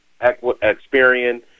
Experian